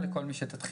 מאתרים את האוכלוסייה.